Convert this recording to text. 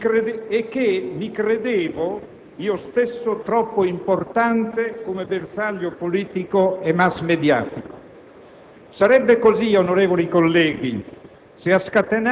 o mi credevo io stesso troppo importante come bersaglio politico e massmediatico. Sarebbe così, onorevoli colleghi,